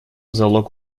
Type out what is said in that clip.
залог